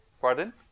Pardon